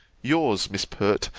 yours, miss pert,